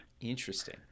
Interesting